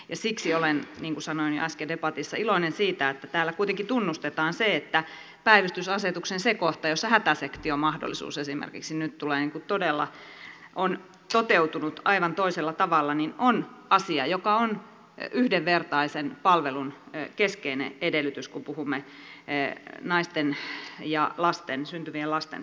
ja siksi olen niin kuin sanoin jo äsken debatissa iloinen siitä että täällä kuitenkin tunnustetaan se että päivystysasetuksen se kohta jossa hätäsektiomahdollisuus esimerkiksi on nyt todella toteutunut aivan toisella tavalla on asia joka on yhdenvertaisen palvelun keskeinen edellytys kun puhumme naisten ja lasten syntyvien lasten turvallisuudesta